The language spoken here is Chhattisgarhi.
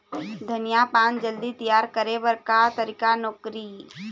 धनिया पान जल्दी तियार करे बर का तरीका नोकरी?